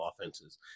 offenses